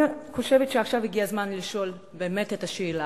אני חושבת שעכשיו הגיע הזמן לשאול באמת את השאלה,